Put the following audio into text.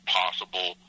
possible